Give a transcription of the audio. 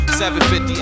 750